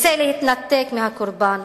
רוצה להתנתק מהקורבן.